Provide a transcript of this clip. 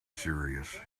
serious